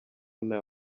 nta